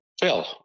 Phil